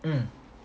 mm